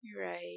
right